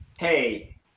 hey